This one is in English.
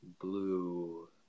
blue